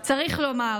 צריך לומר,